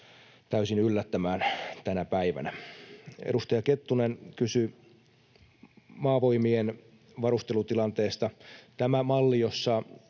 täysin yllättämään tänä päivänä. Edustaja Kettunen kysyi Maavoimien varustelutilanteesta. Tämä malli, jossa